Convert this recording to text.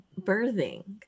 birthing